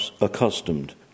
accustomed